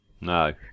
No